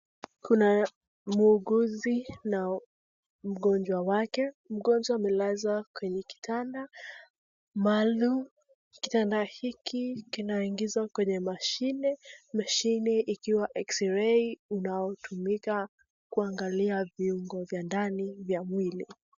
Kuna muuguzi na mgonjwa wake, mgonjwa amelazwa kwenye kitanda maalum. Kitanda hiki kinaingizwa kwenye mashine, mashine ikiwa eksirei, inayotumika kuangalia viungo vya ndani vya mwili.